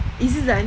is this the auntie